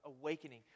awakening